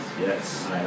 Yes